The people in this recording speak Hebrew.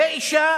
ואשה